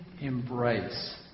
embrace